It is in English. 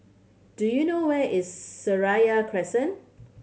do you know where is Seraya Crescent